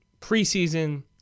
preseason